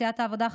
סיעת העבודה,